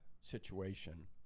situation